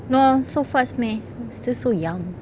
no ah so fast meh still so young